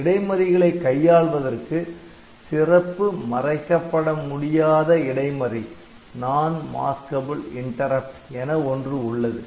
இடைமறிகளை கையாள்வதற்கு சிறப்பு மறைக்கப்பட முடியாத இடைமறி என ஒன்று உள்ளது